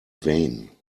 vain